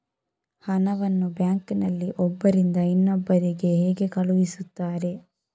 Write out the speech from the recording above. ಹಣವನ್ನು ಬ್ಯಾಂಕ್ ನಲ್ಲಿ ಒಬ್ಬರಿಂದ ಇನ್ನೊಬ್ಬರಿಗೆ ಹೇಗೆ ಕಳುಹಿಸುತ್ತಾರೆ?